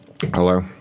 Hello